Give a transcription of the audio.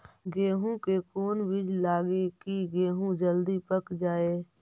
गेंहू के कोन बिज लगाई कि गेहूं जल्दी पक जाए?